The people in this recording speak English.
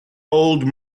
old